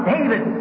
David